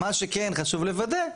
מה שכן חשוב לוודא,